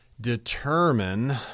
determine